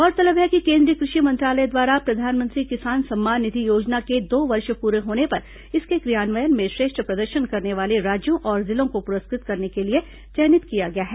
गौरतलब है कि केंद्रीय कृषि मंत्रालय द्वारा प्रधानमंत्री किसान सम्मान निधि योजना के दो वर्ष प्ररे होने पर इसके क्रियान्वयन में श्रेष्ठ प्रदर्शन करने वाले राज्यों और जिलों को पुरस्कृत करने के लिए चयनित किया गया है